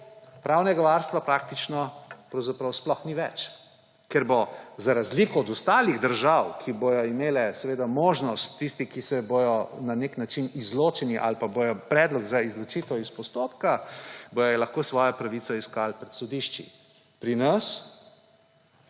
Pravnega varstva praktično pravzaprav sploh ni več, ker bo za razliko od ostalih držav, ki bodo imele seveda možnost, tisti, ki bodo na nek način izločeni ali pa bodo predlog za izločitev iz postopka, bodo lahko svojo pravico iskali pred sodišči. Pri nas